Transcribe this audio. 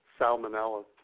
salmonella